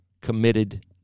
committed